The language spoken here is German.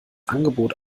angebot